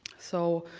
so,